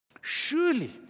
Surely